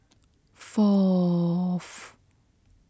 fourth